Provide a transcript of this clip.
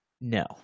No